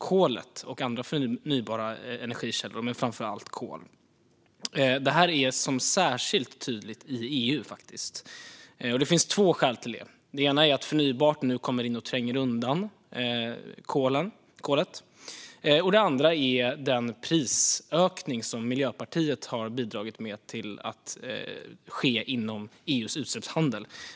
Andra fossila energikällor minskar också, men framför allt gör kolet det. Det här är särskilt tydligt i EU. Det finns två skäl till det. Det ena är att det förnybara nu kommer in och tränger undan kolet, och det andra är den prisökning som Miljöpartiet har bidragit till har kommit till stånd inom EU:s utsläppshandel.